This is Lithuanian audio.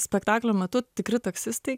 spektaklio metu tikri taksistai